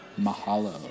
mahalo